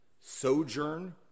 sojourn